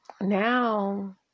now